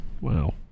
wow